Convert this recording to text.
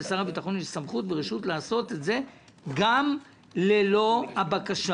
לשר הביטחון יש סמכות ורשות לעשות את זה גם ללא הבקשה.